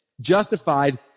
Justified